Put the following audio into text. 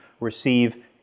receive